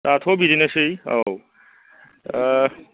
दाथ' बिदिनोसै औ